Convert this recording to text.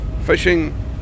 Fishing